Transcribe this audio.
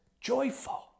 joyful